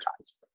Times